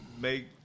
make